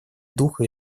духа